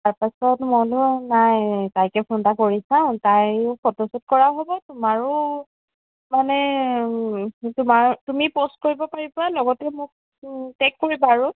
তাৰপাছত মইনো নাই তাইকে ফোন এটা কৰি চাওঁ তায়ো ফটো শ্বুট কৰা হ'ব তোমাৰো মানে তোমাৰ তুমি প'ষ্ট কৰিব পাৰিবা লগতে মোকটো টেগ কৰিবা আৰু